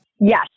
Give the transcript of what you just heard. Yes